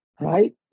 right